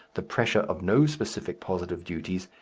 the pressure of no specific positive duties,